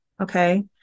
okay